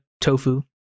tofu